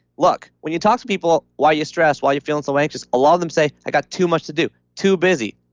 look, when you talk to people why you're stressed, why you're feeling so anxious. a lot of them say, i got too much to do, too busy.